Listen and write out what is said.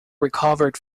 recovered